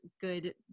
good